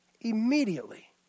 immediately